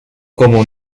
como